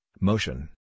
motion